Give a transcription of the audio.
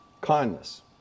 Kindness